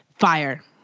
Fire